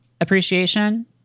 appreciation